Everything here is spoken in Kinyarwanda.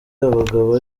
abagabo